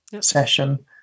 session